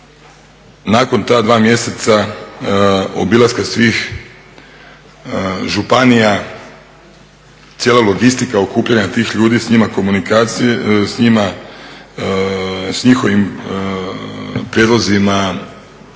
Nakon ta 2 mjeseca obilaska svih županija, cijela logistika okupljanja tih ljudi s njihovim prijedlozima